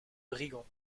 brigands